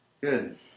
Good